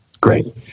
great